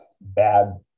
bad